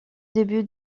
début